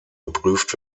geprüft